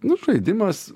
nu žaidimas